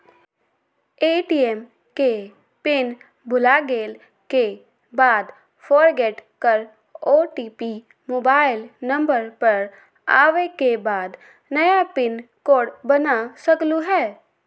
ATM के pin भुलागेल के बाद फोरगेट कर ओ.टी.पी मोबाइल नंबर पर आवे के बाद नया पिन कोड बना सकलहु ह?